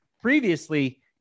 Previously